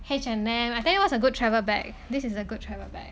H&M I think what's a good travel bag this is a good travel bag